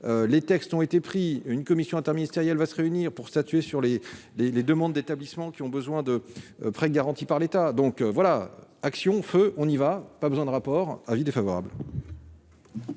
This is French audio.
les textes ont été pris une commission interministérielle va se réunir pour statuer sur les, les, les demandes d'établissements qui ont besoin de prêts garantis par l'État, donc voilà Action feu, on y va, pas besoin de rapport avis défavorable.